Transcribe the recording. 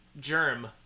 Germ